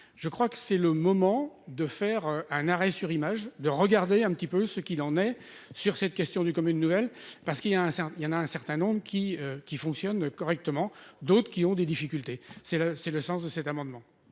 je crois que c'est le moment de faire un arrêt sur image de regarder un petit peu ce qu'il en est sur cette question du comme une nouvelle parce qu'il y a un certain il y en a un certain nombres qui qui fonctionne correctement, d'autres qui ont des difficultés, c'est le : c'est le sens de cet amendement.